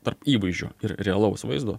tarp įvaizdžio ir realaus vaizdo